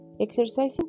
Exercising